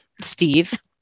Steve